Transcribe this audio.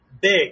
Big